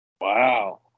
Wow